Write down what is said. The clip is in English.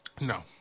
No